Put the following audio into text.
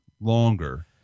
longer